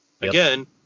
again